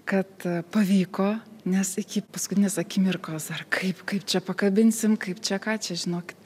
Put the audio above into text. kad pavyko nes iki paskutinės akimirkos dar kaip kaip čia pakabinsim kaip čia ką čia žinokit